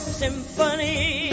symphony